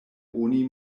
oni